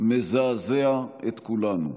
מזעזע את כולנו.